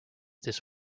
this